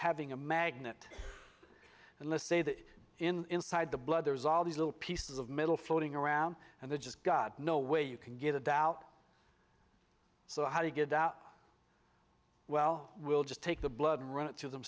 having a magnet and let's say that in inside the blood there's all these little pieces of metal floating around and they just got no way you can get a doubt so how do you get out well we'll just take the blood and run it through them